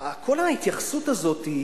כל ההתייחסות הזאת,